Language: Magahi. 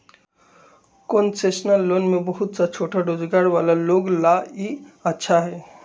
कोन्सेसनल लोन में बहुत सा छोटा रोजगार वाला लोग ला ई अच्छा हई